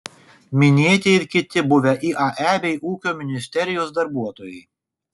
minėti ir kiti buvę iae bei ūkio ministerijos darbuotojai